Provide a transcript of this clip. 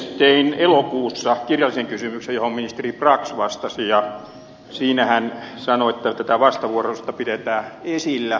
tein elokuussa kirjallisen kysymyksen johon ministeri brax vastasi ja siinä hän sanoi että tätä vastavuoroisuutta pidetään esillä